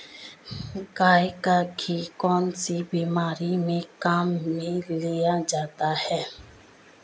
गाय का घी कौनसी बीमारी में काम में लिया जाता है?